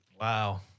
Wow